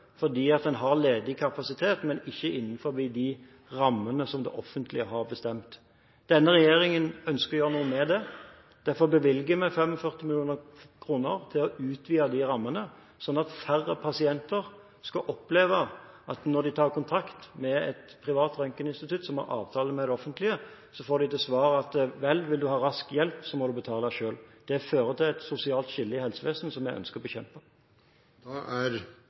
fordi man har ledig kapasitet, men ikke innenfor de rammene som det offentlige har bestemt. Denne regjeringen ønsker å gjøre noe med det. Derfor bevilger vi 45 mill. kr til å utvide de rammene, slik at færre pasienter skal oppleve at når de tar kontakt med et privat røntgeninstitutt som har avtale med det offentlige, får de til svar: Vel, vil du ha rask hjelp, må du betale selv. Det fører til et sosialt skille i helsevesenet som vi ønsker å bekjempe.